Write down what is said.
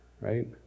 right